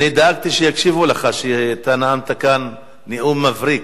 אני דאגתי שיקשיבו לך כשאתה נאמת כאן נאום מבריק.